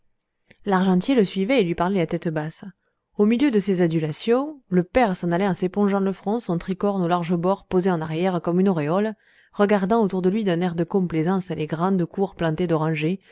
le suivait et lui parlait la tête basse au milieu de ces adulations le père s'en allait en s'épongeant le front son tricorne aux larges bords posé en arrière comme une auréole regardant autour de lui d'un air de complaisance les grandes cours plantées d'orangers